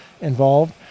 involved